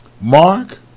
Mark